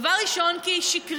דבר ראשון, כי היא שקרית.